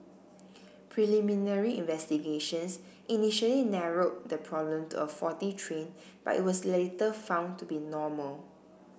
preliminary investigations initially narrowed the problem to a faulty train but it was later found to be normal